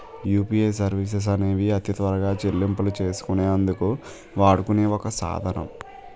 UPI services అనేవి అతి త్వరగా చెల్లింపులు చేసుకునే అందుకు వాడుకునే ఒక సాధనం